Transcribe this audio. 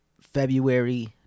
February